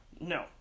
No